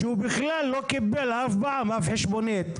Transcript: כשהוא אף פעם לא קיבל אף חשבונית?